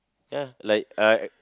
ya like uh